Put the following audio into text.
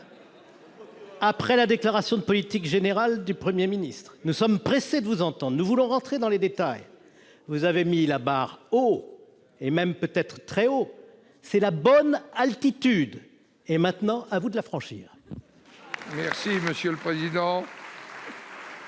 après la déclaration de politique générale du Premier ministre ! Nous sommes pressés de vous entendre ; nous voulons entrer dans les détails. Vous avez mis la barre haut, peut-être même très haut. C'est la bonne altitude. Maintenant, à vous de la franchir ! La parole est